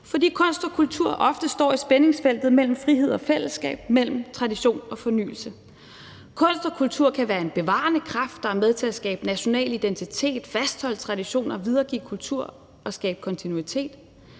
fordi kunst og kultur ofte står i spændingsfeltet mellem frihed og fællesskab, mellem tradition og fornyelse. Kunst og kultur kan være en bevarende kraft, der er med til at skabe en national identitet, fastholde traditioner og videregive kultur og skabe kontinuitet,